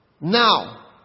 now